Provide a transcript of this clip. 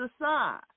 aside